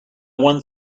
one